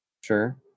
Sure